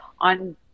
on